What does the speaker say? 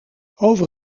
over